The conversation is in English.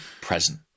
present